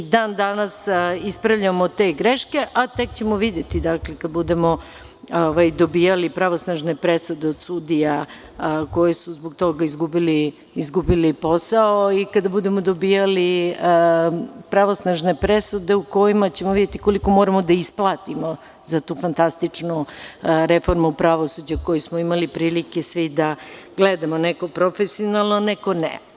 Dan danas ispravljamo te greške, a tek ćemo videti kada budemo dobijali pravosnažne presude od sudija koje su zbog toga izgubili posao i kada budemo dobijali pravosnažne presude u kojima ćemo videti koliko moramo da isplatimo za tu fantastičnu reformu pravosuđa koju smo imali prilike da gledamo, neko profesionalno, a neko ne.